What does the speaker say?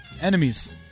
enemies